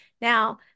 Now-